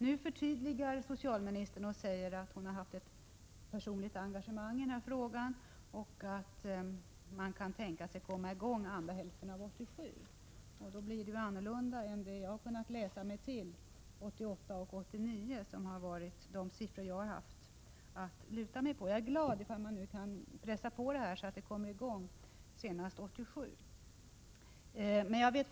Nu förtydligade socialministern och sade att hon har haft ett personligt engagemang i den här frågan och att man kan tänka sig att utbildningen kommer i gång under andra hälften av 1987. Då blir det ju annorlunda än vad jag har kunnat läsa mig till, 1988-1989 enligt de uppgifter jag har haft att luta mig mot. Jag är glad om man kan pressa på, så att den kommer i gång senast 1987.